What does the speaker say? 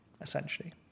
essentially